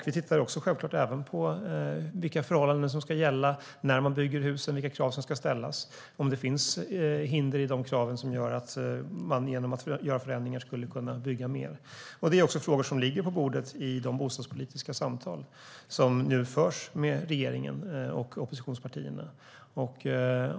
Vi tittar självklart också på vilka förhållanden som ska gälla när man bygger husen, vilka krav som ska ställas och om de kraven innebär hinder som gör att man genom att göra förändringar skulle kunna bygga mer. Detta är också frågor som ligger på bordet i de politiska samtal som nu förs med regeringen och oppositionspartierna.